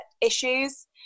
issues